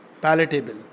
palatable